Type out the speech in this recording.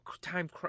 time